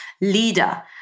leader